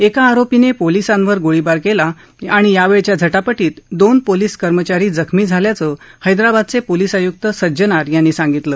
एका आरोपीने पोलिसांवर गोळीबार केला यावेळच्या झाप्रांत दोन पोलीस कर्मचारी जखमी झाल्याचं हैद्राबादचे पोलीस आयुक्त सज्जनार यांनी सांगितलं